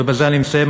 ובזה אני מסיים,